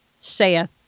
saith